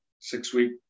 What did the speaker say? six-week